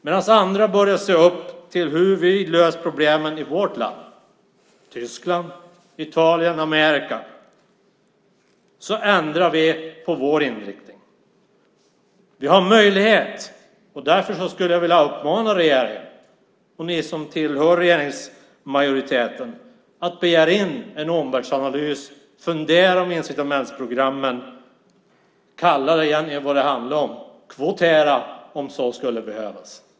Medan andra börjar se upp till hur vi har löst problemen i vårt land - Tyskland, Italien och Amerika - ändrar vi på vår inriktning. Vi har en möjlighet. Därför vill jag uppmana regeringen och er som tillhör regeringsmajoriteten att begära in en omvärldsanalys och fundera över incitamentsprogrammen. Kalla det för vad det handlar om. Kvotera om så skulle behövas.